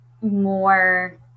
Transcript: more